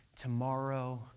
tomorrow